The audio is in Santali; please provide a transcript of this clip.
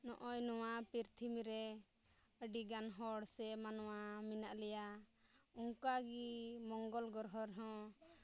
ᱱᱚᱜᱼᱚᱭ ᱱᱚᱣᱟ ᱯᱨᱤᱛᱷᱤᱵᱤ ᱨᱮ ᱟᱹᱰᱤᱜᱟᱱ ᱦᱚᱲ ᱥᱮ ᱢᱟᱱᱣᱟ ᱢᱮᱱᱟᱜ ᱞᱮᱭᱟ ᱚᱱᱠᱟᱜᱮ ᱢᱚᱝᱜᱚᱞᱜᱨᱚᱦᱚᱸ ᱨᱮᱦᱚᱸ